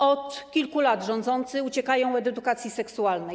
Od kilku lat rządzący uciekają od edukacji seksualnej.